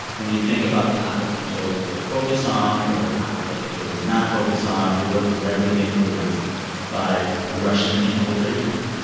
when you think about the topics we chose to focus on or the topics that we chose to not focus on, were those directly influenced by russian infiltration?